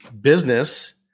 Business